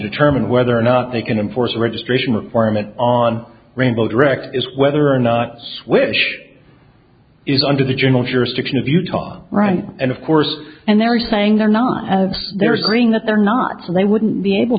determine whether or not they can enforce a registration requirement on rainbow direct is whether or not swish is under the general jurisdiction of utah right and of course and they're saying they're not as there is green that they're not so they wouldn't be able